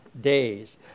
days